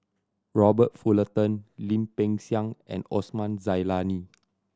Robert Fullerton Lim Peng Siang and Osman Zailani